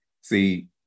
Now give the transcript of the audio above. See